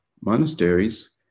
monasteries